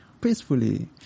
peacefully